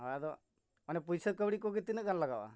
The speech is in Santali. ᱦᱳᱭ ᱟᱫᱚ ᱚᱱᱮ ᱯᱚᱭᱥᱟ ᱠᱟᱣᱰᱤ ᱠᱚᱜᱮ ᱛᱤᱱᱟᱹᱜ ᱜᱟᱱ ᱞᱟᱜᱟᱜᱼᱟ